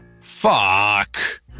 Fuck